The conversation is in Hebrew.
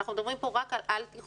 אנחנו מדברים פה רק על על-תיכוני,